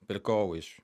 pirkau iš